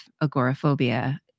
agoraphobia